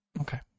Okay